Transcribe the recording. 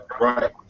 right